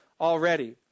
already